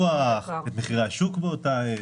את מחירי השוק באותה עת.